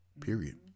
Period